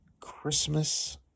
Christmas